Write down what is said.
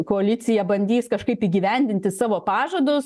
koalicija bandys kažkaip įgyvendinti savo pažadus